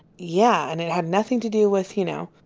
yeah, and it had nothing to do with, you know,